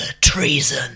treason